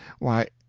why,